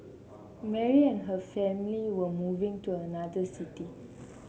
Mary and her family were moving to another city